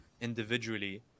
individually